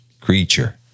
creature